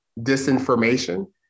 disinformation